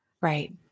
right